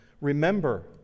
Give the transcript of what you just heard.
Remember